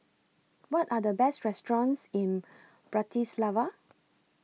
What Are The Best restaurants in Bratislava